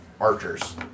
archers